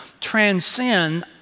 transcend